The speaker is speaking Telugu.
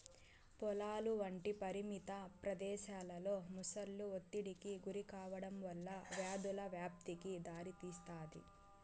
పొలాలు వంటి పరిమిత ప్రదేశాలలో మొసళ్ళు ఒత్తిడికి గురికావడం వల్ల వ్యాధుల వ్యాప్తికి దారితీస్తాది